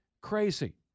crazy